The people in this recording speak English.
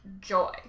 joy